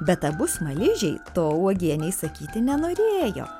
bet abu smaližiai to uogienei sakyti nenorėjo